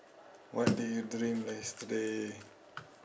what did you dream yesterday